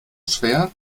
schwer